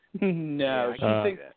No